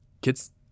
kids